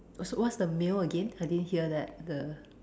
oh so what's the meal again I didn't hear that the